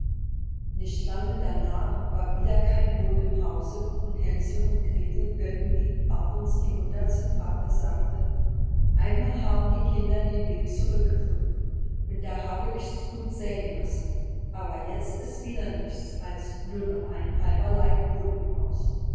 nicht lange darnach war wieder kein brod im hause und hänsel und gretel hörten wie abends die mutter zum vater sagte einmal haben die kinder den weg zurückgefunden und da habe ichs gut seyn lassen aber jetzt ist wieder nichts als nur noch ein halber laib brod im haus